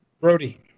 brody